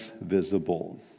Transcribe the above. visible